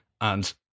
And-